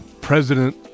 president